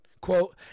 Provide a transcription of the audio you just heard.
quote